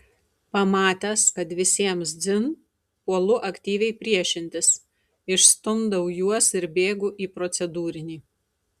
pamatęs kad visiems dzin puolu aktyviai priešintis išstumdau juos ir bėgu į procedūrinį